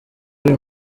uyu